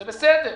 שזה בסדר,